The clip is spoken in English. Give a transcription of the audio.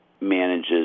manages